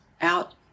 out